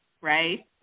right